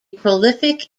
prolific